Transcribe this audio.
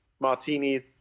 martinis